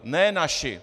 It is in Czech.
Ne naši.